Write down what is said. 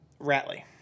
Ratley